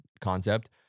concept